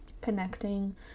connecting